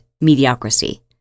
mediocrity